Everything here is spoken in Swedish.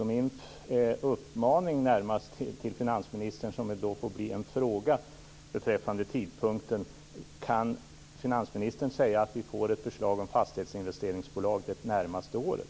Min uppmaning närmast, som får bli till en fråga beträffande tidpunkten, till finansministern är: Kan finansministern säga att vi får ett förslag om fastighetsinvesteringsbolag det närmaste året?